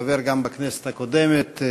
חבר גם בכנסת הקודמת,